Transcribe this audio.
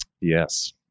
Yes